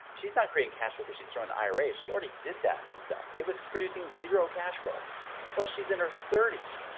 she's not creating cash flow. cause she'd thrown an ira. she already did that stuff. it was producing zero cash flow plus she's in her thirties.